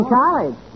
college